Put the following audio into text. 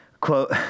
quote